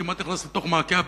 כמעט נכנסתי לתוך מעקה הביטחון.